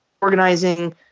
organizing